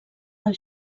del